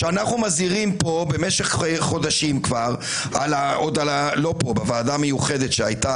אנחנו מזהירים כבר חודשים בוועדה המיוחדת שהייתה